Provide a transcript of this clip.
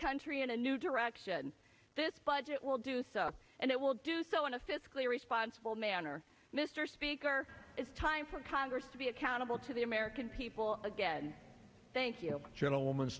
country in a new direction this budget will do so and it will do so in a fiscally responsible manner mr speaker it's time for congress to be accountable to the american people again thank you gentleman's